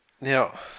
Now